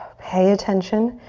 pay attention.